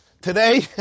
Today